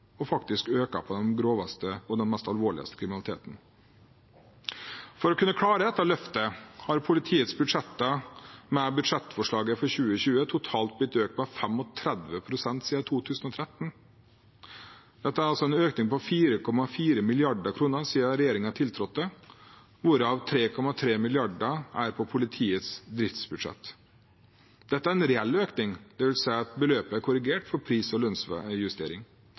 og faktisk øker når det gjelder den groveste og mest alvorlige kriminaliteten. For å kunne klare dette løftet har politiets budsjetter med budsjettforslaget for 2020 totalt blitt økt med 35 pst. siden 2013. Dette er en økning på 4,4 mrd. kr siden regjeringen tiltrådte, hvorav 3,3 mrd. kr er på politiets driftsbudsjett. Dette er en reell økning, dvs. at beløpet er korrigert for pris- og